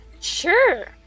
sure